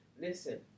listen